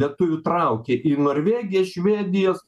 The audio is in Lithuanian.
lietuvių traukia į norvegijas švedijas